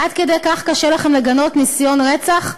עד כדי כך קשה לכם לגנות ניסיון רצח?